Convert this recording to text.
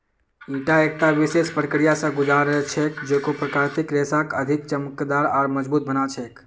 ईटा एकता विशेष प्रक्रिया स गुज र छेक जेको प्राकृतिक रेशाक अधिक चमकदार आर मजबूत बना छेक